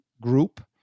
group